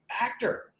actor